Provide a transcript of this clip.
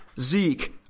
Zeke